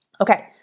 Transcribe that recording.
Okay